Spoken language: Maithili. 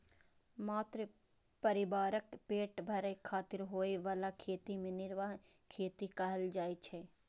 मात्र परिवारक पेट भरै खातिर होइ बला खेती कें निर्वाह खेती कहल जाइ छै